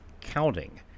counting